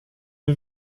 wir